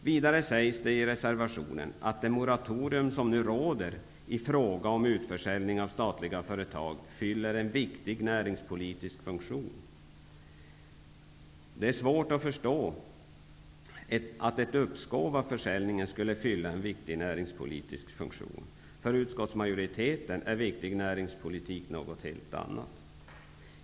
Vidare sägs det i reservationen att ''det moratorium som nu råder i fråga om utförsäljning av statliga företag fyller en viktig näringspolitisk funktion.'' Det är svårt att förstå att ett uppskov av försäljningen skulle fylla en viktig näringspolitisk funktion. För utskottsmajoriteten är viktig näringspolitik något helt annat.